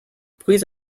please